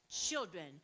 children